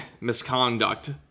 misconduct